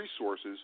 resources